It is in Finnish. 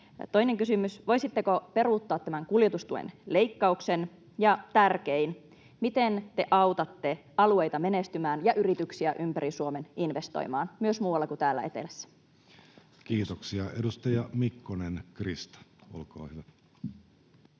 Toinen kysymys: voisitteko peruuttaa tämän kuljetustuen leikkauksen. Ja tärkein: miten te autatte alueita menestymään ja yrityksiä ympäri Suomen investoimaan myös muualla kuin täällä etelässä? Kiitoksia. — Edustaja Mikkonen, Krista, olkaa hyvä.